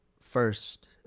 first